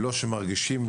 לא שמרגישים,